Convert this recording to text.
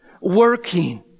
working